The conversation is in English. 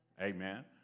Amen